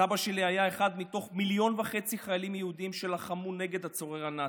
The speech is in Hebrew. סבא שלי היה אחד מתוך מיליון וחצי חיילים יהודים שלחמו נגד הצורר הנאצי.